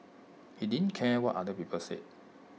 he didn't care what other people said